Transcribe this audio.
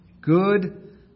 Good